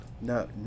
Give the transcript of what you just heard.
No